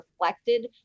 reflected